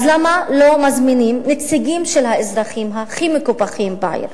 אז למה לא מזמינים נציגים של האזרחים הכי מקופחים בעיר?